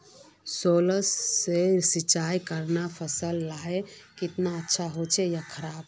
Solar से सिंचाई करना फसल लार केते अच्छा होचे या खराब?